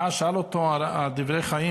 ואז שאל אותו "הדברי חיים":